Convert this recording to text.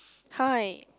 how I